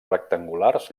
rectangulars